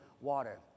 water